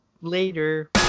Later